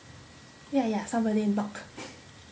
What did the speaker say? ya ya somebody knocked